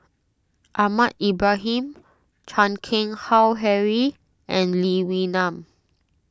Ahmad Ibrahim Chan Keng Howe Harry and Lee Wee Nam